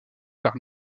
par